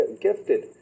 gifted